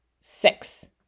six